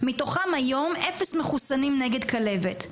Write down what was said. שמתוכם היום אפס מחוסנים נגד כלבת.